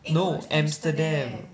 no Amsterdam